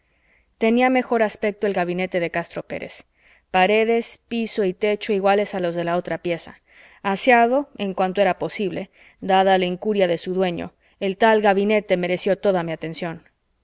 tenía mejor aspecto el gabinete de castro pérez paredes piso y techo iguales a los de la otra pieza aseado en cuanto era posible dada la incuria de su dueño el tal gabinete mereció toda mi atención